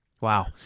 Wow